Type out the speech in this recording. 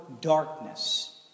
darkness